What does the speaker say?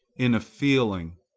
in a feeling?